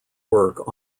work